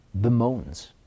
bemoans